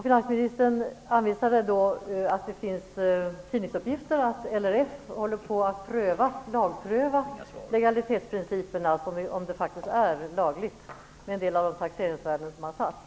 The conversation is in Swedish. Finansministern hänvisade där till att det finns tidningsuppgifter om att LRF håller på att pröva legalitetsprincipen, dvs. om det faktiskt är lagligt med en del av de taxeringsvärden som har åsatts.